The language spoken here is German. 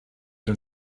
dem